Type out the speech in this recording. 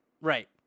right